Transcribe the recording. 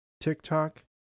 TikTok